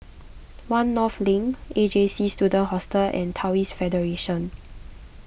one North Link A J C Student Hostel and Taoist Federation